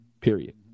Period